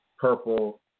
Purple